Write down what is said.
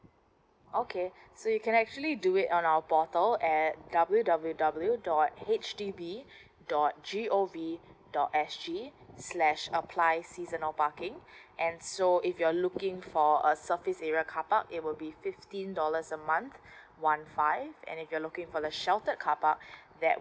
okay so you can actually do it on our portal at w w w dot H D B dot g o v dot s g slash apply seasonal parking and so if you're looking for a surface area carpark it will be fifteen dollars a month one five and if you're looking for the sheltered carpark that